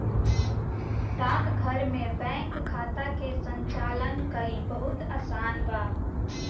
डाकघर में बैंक खाता के संचालन कईल बहुत आसान बा